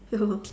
ya lor